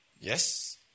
Yes